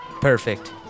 Perfect